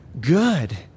Good